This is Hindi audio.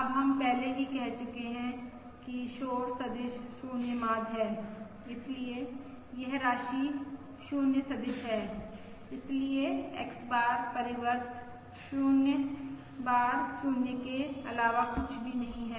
अब हम पहले ही कह चुके हैं कि शोर सदिश 0 माध्य है इसलिए यह राशि 0 सदिश है इसलिए X बार परिवर्त 0 बार 0 के अलावा कुछ नहीं है